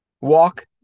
Walk